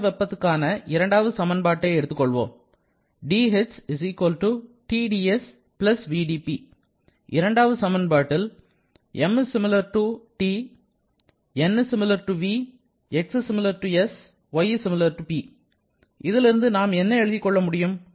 அக வெப்பத்துக்கான இரண்டாவது சமன்பாட்டை எடுத்துக்கொள்வோம் dh Tds vdP இரண்டாவது சமன்பாட்டில் இதிலிருந்து நாம் என்ன எழுதிக் கொள்ள முடியும்